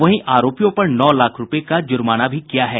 वहीं आरोपियों पर नौ लाख रुपये का जुर्माना भी किया गया है